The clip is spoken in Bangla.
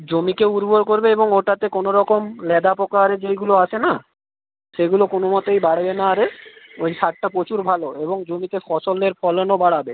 জমিকে উর্বর করবে এবং ওটাতে কোনো রকম ল্যাদা পোকা আরে যেইগুলো আছে না সেগুলো কোনো মতেই বাড়বে না আরে ওই সারটা প্রচুর ভালো এবং জমিতে ফসলের ফলনও বাড়াবে